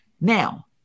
Now